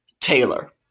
Taylor